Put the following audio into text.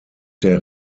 der